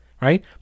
right